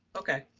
okay.